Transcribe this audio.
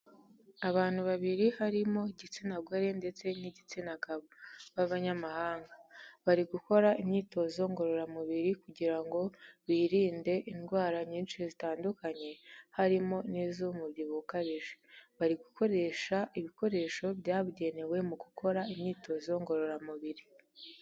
Abantu babiri harimo igitsina gore ndetse n'igitsina gabo b'abanyamahanga, bari gukora imyitozo ngororamubiri kugira ngo birinde indwara nyinshi zitandukanye harimo n'iz'umubyibuho ukabije, bari gukoresha ibikoresho byabugenewe mu gukora imyitozo ngororamubiri.